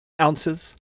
ounces